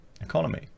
economy